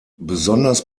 besonders